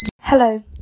Hello